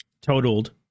totaled